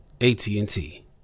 AT&T